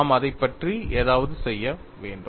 நாம் அதைப் பற்றி ஏதாவது செய்ய வேண்டும்